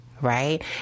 Right